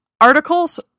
articles